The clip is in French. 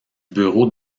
bureau